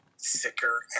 thicker